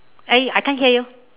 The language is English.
eh I can't hear you